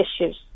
issues